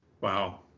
Wow